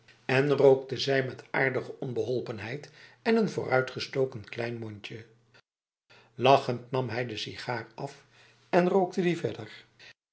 en rookte zij met aardige onbeholpenheid en een vooruitgestoken klein mondje lachend nam hij de sigaar af en rookte die verder